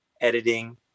editing